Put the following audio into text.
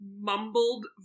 mumbled